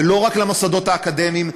ולא רק למוסדות האקדמיים.